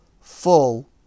full